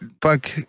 fuck